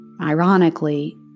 Ironically